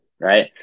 right